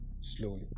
slowly